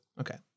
Okay